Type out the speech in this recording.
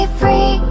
free